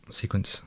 sequence